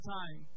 time